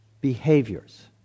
behaviors